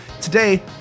Today